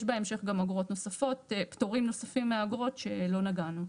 יש בהמשך גם פטורים נוספים מאגרות שלא נגענו.